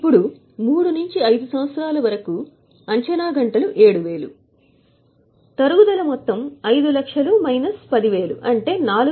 ఇప్పుడు 3 వ సంవత్సరంలో 3 నుండి 5 సంవత్సరాల వరకు ఇప్పుడు తరుగుదల మొత్తం 5 లక్షల మైనస్ 10000 అంటే 490000